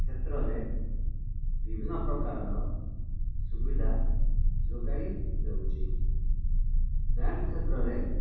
କ୍ଷେତ୍ରରେ ବିଭିନ୍ନ ପ୍ରକାରର ସୁବିଧା ଯୋଗାଇ ଦେଉଛି ବ୍ୟାଙ୍କ୍ କ୍ଷେତ୍ରରେ